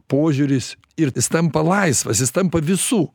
požiūris ir jis tampa laisvas jis tampa visų